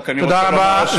תודה רבה.